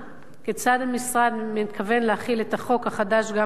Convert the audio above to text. כיצד המשרד מתכוון להחיל את החוק החדש גם עליהם?